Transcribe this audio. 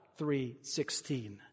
3.16